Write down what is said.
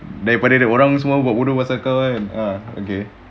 daripada orang semua buat bodoh dengan kau kan ah okay